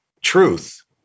truth